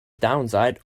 downside